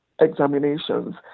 examinations